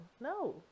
No